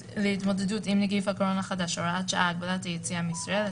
להתמודדות עם נגיף הקורונה החדש (הוראת שעה) (הגבלת היציאה מישראל),